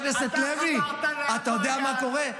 חבר הכנסת לוי, אתה יודע מה קורה?